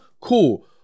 cool